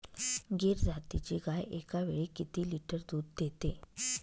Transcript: गीर जातीची गाय एकावेळी किती लिटर दूध देते?